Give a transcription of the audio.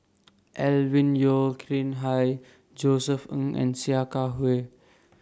Alvin Yeo Khirn Hai Josef Ng and Sia Kah Hui